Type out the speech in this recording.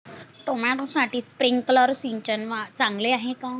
टोमॅटोसाठी स्प्रिंकलर सिंचन चांगले आहे का?